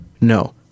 No